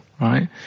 right